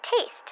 taste